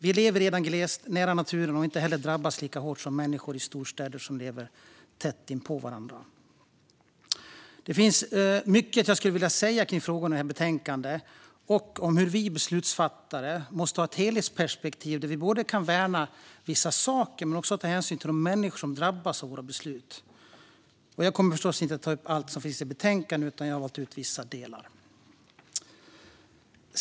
Vi lever redan glest, nära naturen och har inte heller drabbats lika hårt som människor i storstäder, som lever tätt inpå varandra. Det finns mycket jag skulle vilja säga om frågorna i betänkandet och om hur vi som beslutsfattare måste ha ett helhetsperspektiv där vi kan värna vissa saker men också ta hänsyn till de människor som drabbas av våra beslut. Jag kommer förstås inte att ta upp allt som finns med i betänkandet, utan jag har valt ut vissa delar.